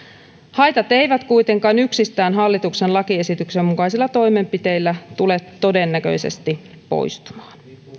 haitat eivät kuitenkaan yksistään hallituksen lakiesityksen mukaisilla toimenpiteillä tule todennäköisesti poistumaan